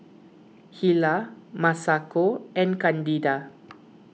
Hilah Masako and Candida